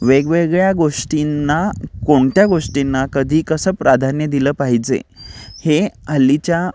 वेगवेगळ्या गोष्टींना कोणत्या गोष्टींना कधी कसं प्राधान्य दिलं पाहिजे हे हल्लीच्या